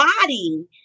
body